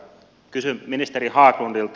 kysyn ministeri haglundilta